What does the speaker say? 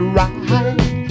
right